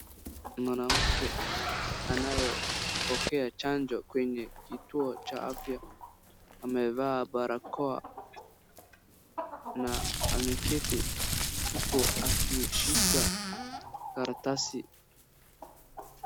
Mwanamke anayopokea chanjo kwenye kituo cha afya amevaa barakoa na ameketi huku akishika karatasi.